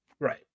Right